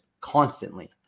constantly